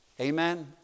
Amen